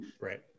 Right